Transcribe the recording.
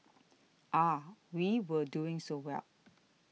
ah we were doing so well